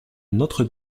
notre